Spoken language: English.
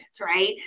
right